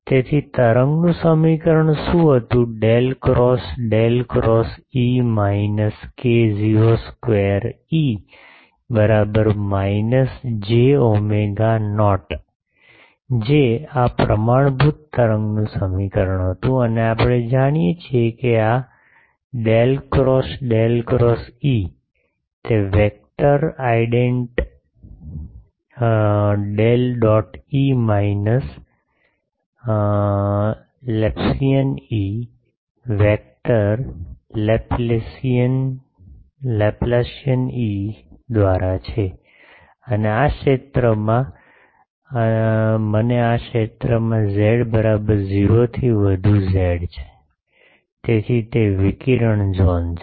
તેથી તરંગનું સમીકરણ શું હતું del cross del cross E minus k0 square E બરાબર માઈનસ જે ઓમેગા નોટ જે આ પ્રમાણભૂત તરંગનું સમીકરણ હતું અને આપણે જાણીએ છીએ કે આ del cross del cross E તે vector identity del dot E minus Laplacian E vector Laplacian E દ્વારા છે અને આ ક્ષેત્રમાં મને આ ક્ષેત્રમાં ઝેડ બરાબર 0 થી વધુ ઝેડ છે તેથી તે વિકિરણ ઝોન છે